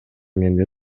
менде